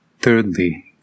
Thirdly